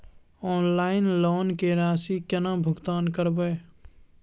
Online loan के राशि केना भुगतान करबे?